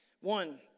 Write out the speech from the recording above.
One